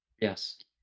Yes